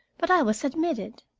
but i was admitted.